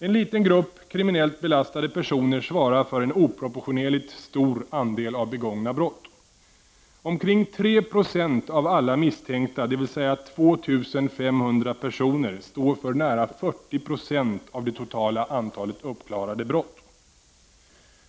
En liten grupp kriminellt belastade personer svarar för en oproportionerligt stor andel av begångna brott. Omkring 3 20 av alla misstänkta, dvs. 2500 personer, står för nära 40 96 av det totala antalet uppklarade brott.